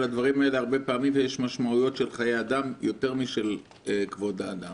שלדברים האלה הרבה פעמים יש משמעויות של חיי אדם יותר משל כבוד האדם.